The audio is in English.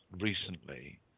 recently